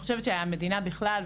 לדעתי המדינה בכלל,